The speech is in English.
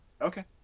Okay